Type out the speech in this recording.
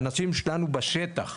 האנשים שלנו בשטח.